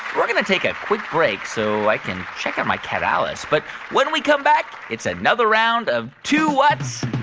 we're going to take a quick break so i can check on my cat alice. but when we come back, it's another round of two whats?